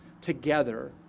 together